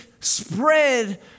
spread